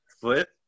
Flip